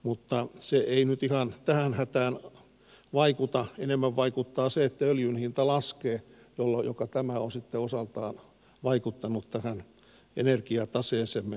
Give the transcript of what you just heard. mutta se ei nyt ihan tähän hätään voi vaikuttaa enemmän vaikuttaa se että öljyn hinta laskee kallo joko tämä on sitä osaltaan vaikuttanut tähän energiataseeseemme